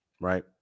Right